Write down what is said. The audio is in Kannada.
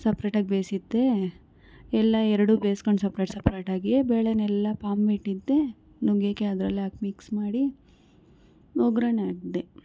ಸಪ್ರೇಟಾಗಿ ಬೇಯಿಸಿದ್ದೆ ಎಲ್ಲ ಎರಡೂ ಬೇಯಿಸ್ಕೊಂಡು ಸಪ್ರೇಟ್ ಸಪ್ರೇಟಾಗಿ ಬೇಳೆಯೆಲ್ಲ ಇಟ್ಟಿದ್ದೆ ನುಗ್ಗೆಕಾಯಿ ಅದರಲ್ಲೇ ಹಾಕಿ ಮಿಕ್ಸ್ ಮಾಡಿ ಒಗ್ಗರ್ಣೆ ಹಾಕ್ದೆ